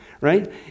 right